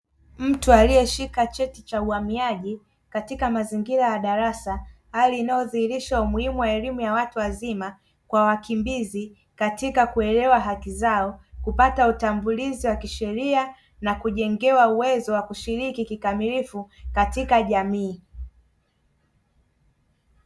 Mtu aliyeshika cheti cha uhamiaji katika mazingira ya darasa, hali inayodhihirisha umuhimu wa elimu ya watu wazima kwa wakimbizi, katika kuelewa haki zao kupata utambulizi wa kisheria, na kujengewa uwezo wa kushiriki kikamilifu katika jamii.